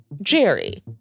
Jerry